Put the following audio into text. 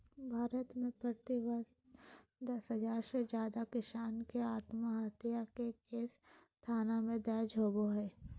भारत में प्रति वर्ष दस हजार से जादे किसान के आत्महत्या के केस थाना में दर्ज होबो हई